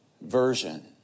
version